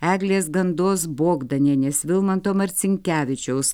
eglės gandos bogdanienės vilmanto marcinkevičiaus